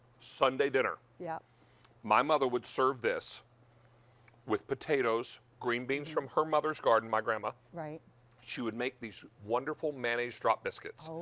sunday dinner. yeah my mother would serve this with potatoes, green beans from her mother's garden, my grandma. she would make these wonderful mayonnaise drop biscuits,